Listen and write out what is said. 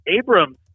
Abram